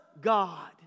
God